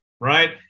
right